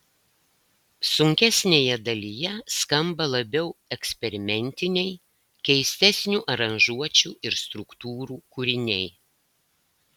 sunkesnėje dalyje skamba labiau eksperimentiniai keistesnių aranžuočių ir struktūrų kūriniai